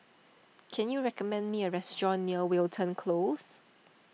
can you recommend me a restaurant near Wilton Close